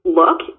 look